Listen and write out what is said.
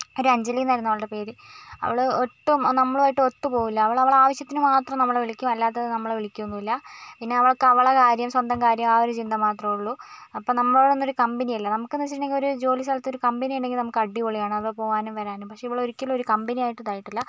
ഒരു അഞ്ജലി എന്നായിരുന്നു അവളുടെ പേര് അവള് ഒട്ടും നമ്മളുമായിട്ട് ഒത്തുപോവില്ല അവള് അവളുടെ ആവശ്യത്തിന് മാത്രം നമ്മളെ വിളിക്കും അല്ലാത്ത നമ്മളെ വിളിക്കുക ഒന്നുമില്ല പിന്നെ അവൾക്ക് അവളുടെ കാര്യം സ്വന്തം കാര്യം ആ ഒരു ചിന്ത മാത്രമെ ഉള്ളു അപ്പം നമ്മളോടൊന്നും ഒരു കമ്പനി അല്ല നമുക്ക് ഒന്നിച്ചിട്ടുണ്ടെങ്കിൽ ജോലി സ്ഥലത്ത് ഒരു കമ്പനി ഉണ്ടെങ്കിൽ നമുക്കടിപൊളിയാണ് ഒന്ന് പോകാനും വരാനും പക്ഷെ ഇവളൊരിക്കലും ഒരു കമ്പനിയായിട്ട് ഇതായിട്ടില്ല